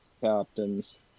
captains